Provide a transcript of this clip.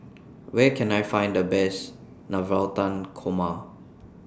Where Can I Find The Best Navratan Korma